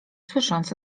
słysząc